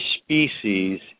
species